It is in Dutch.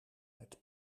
met